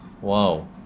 wow